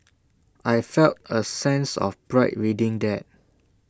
I felt A sense of pride reading that